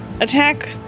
Attack